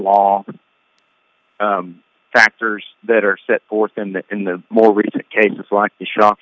law factors that are set forth in the in the more recent cases like the shock